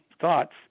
thoughts